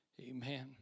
Amen